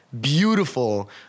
beautiful